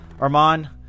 Armand